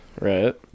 right